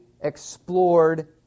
explored